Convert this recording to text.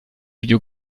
video